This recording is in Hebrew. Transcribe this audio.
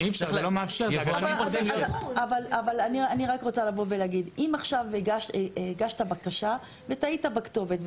אם עכשיו הגשת בקשה וטעית בכתובת,